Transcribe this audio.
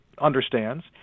understands